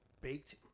baked